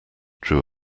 drew